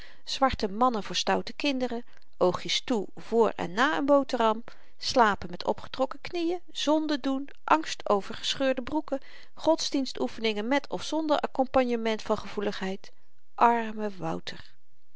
zwarte mannen voor stoute kinderen oogjes toe voor en na n boteram slapen met opgetrokken knieën zonde doen angst over gescheurde broeken godsdienstoefeningen met of zonder akkompanjement van gevoeligheid arme wouter